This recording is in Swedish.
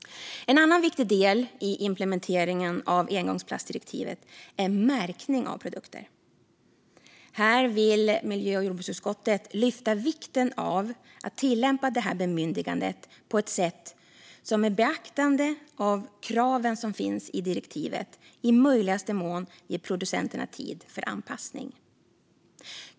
En annan viktig del i implementeringen av engångsplastdirektivet är märkning av produkter. Här vill miljö och jordbruksutskottet lyfta upp vikten av att man tillämpar detta bemyndigande på ett sätt som med beaktande av direktivets krav i möjligaste mån ger producenterna tid för anpassning.